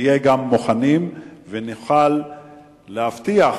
שנהיה מוכנים ונוכל להבטיח,